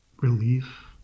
relief